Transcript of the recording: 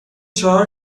چهار